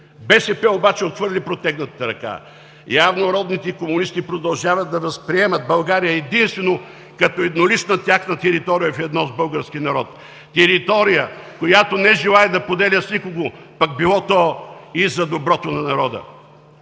БСП обаче отхвърли протегнатата ръка. Явно родните комунисти продължават да възприемат България единствено като еднолична тяхна територия, ведно с българския народ. Територия, която не желае да поделя с никого, пък било то и за доброто на народа.